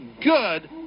good